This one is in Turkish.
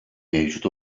mevcut